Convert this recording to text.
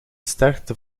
sterkte